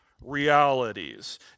realities